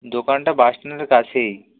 দোকানটা বাস স্ট্যান্ডের কাছেই